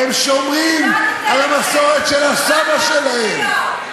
הם שומרים על המסורת של הסבא שלהם,